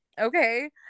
okay